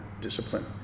discipline